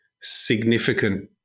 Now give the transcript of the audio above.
significant